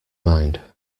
mind